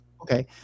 okay